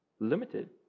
limited